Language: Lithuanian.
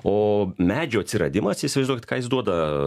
o medžio atsiradimas įsivaizduokit ką jis duoda